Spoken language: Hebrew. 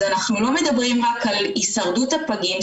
אז אנחנו לא מדברים רק על הישרדות הפגים,